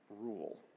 rule